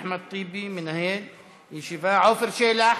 אחמד טיבי, מנהל הישיבה, עפר שלח.